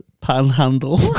panhandle